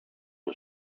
was